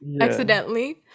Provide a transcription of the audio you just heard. Accidentally